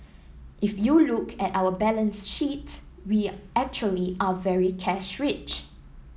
if you look at our balance sheet we actually are very cash rich